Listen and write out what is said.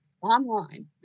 online